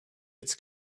its